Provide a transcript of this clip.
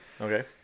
Okay